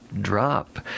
drop